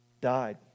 died